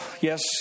Yes